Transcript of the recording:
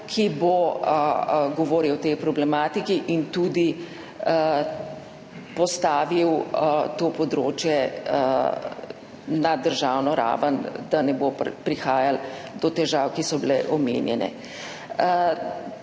ki bo govoril o tej problematiki in tudi postavil to področje na državno raven, da ne bo prihajalo do težav, ki so bile omenjene.